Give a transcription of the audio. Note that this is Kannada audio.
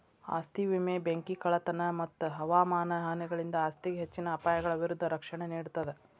ಆಸ್ತಿ ವಿಮೆ ಬೆಂಕಿ ಕಳ್ಳತನ ಮತ್ತ ಹವಾಮಾನ ಹಾನಿಗಳಿಂದ ಆಸ್ತಿಗೆ ಹೆಚ್ಚಿನ ಅಪಾಯಗಳ ವಿರುದ್ಧ ರಕ್ಷಣೆ ನೇಡ್ತದ